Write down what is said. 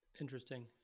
Interesting